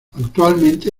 actualmente